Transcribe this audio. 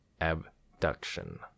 abduction